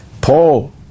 Paul